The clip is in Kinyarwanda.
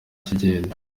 kigenda